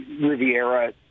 Riviera